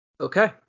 Okay